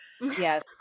Yes